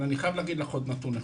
אני חייב להגיד עוד נתון,